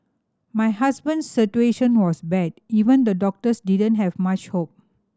my husband situation was bad even the doctors didn't have much hope